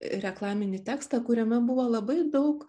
reklaminį tekstą kuriame buvo labai daug